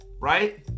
right